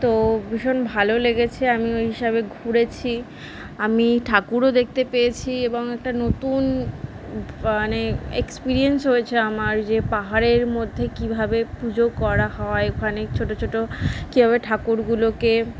তো ভীষণ ভালো লেগেছে আমি ওই হিসাবে ঘুরেছি আমি ঠাকুরও দেখতে পেয়েছি এবং একটা নতুন মানে এক্সপেরিয়েন্স হয়েছে আমার যে পাহাড়ের মধ্যে কীভাবে পুজো করা হয় ওখানে ছোটো ছোটো কীভাবে ঠাকুরগুলোকে